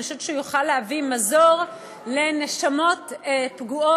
אני חושבת שהוא יוכל להביא מזור לנשמות פגועות,